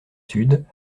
sud